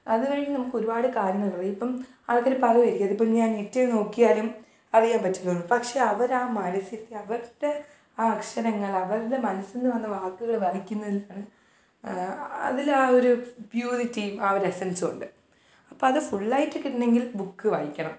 അതുവഴി നമക്കൊരുപാട് കാര്യങ്ങളറിയാം ഇപ്പം അടുത്തൊരു പറവ ഇരിക്കുവാണ് ഇപ്പം ഞാൻ നെറ്റിൽ നോക്കിയാലും അറിയാൻ പറ്റുവത് പക്ഷേ അവരാ മനസ്സ് അവരുടെ ആ അക്ഷരങ്ങൾ അവരുടെ മനസ്സിൽ നിന്ന് വാക്കുകൾ വരയ്ക്കുന്നതിലാണ് അതിലാ ഒരു പ്യൂരിറ്റീം ആ ഒരെസെൻസുവുണ്ട് അപ്പം അത് ഫുള്ളായിട്ട് കിട്ടണമെങ്കിൽ ബുക്ക് വായിക്കണം